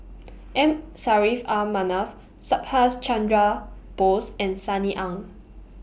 M Saffri A Manaf Subhas Chandra Bose and Sunny Ang